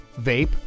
vape